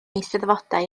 eisteddfodau